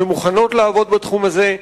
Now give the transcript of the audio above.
שמוכנים לעבוד בתחום הזה.